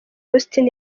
austin